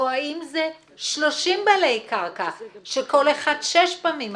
או האם זה 30 בעלי קרקע שכל אחד שש פעמים עשה.